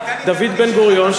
דוד בן-גוריון,